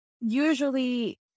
usually